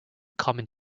common